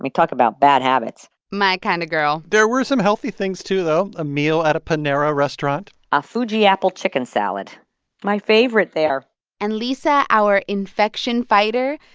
talk about bad habits my kind of girl there were some healthy things, too, though a meal at a panera restaurant a fuji apple chicken salad my favorite there and lisa, our infection fighter,